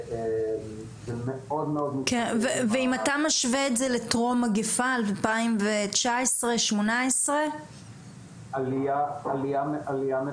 כן ואם אתה משווה את זה לטרום מגפה 2018-2019. עלייה מטורפת,